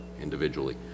individually